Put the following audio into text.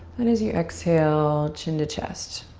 and as you exhale, chin to chest.